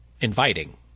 inviting